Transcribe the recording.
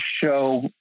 show